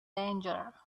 danger